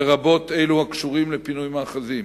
לרבות אלו הקשורים לפינוי מאחזים.